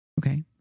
Okay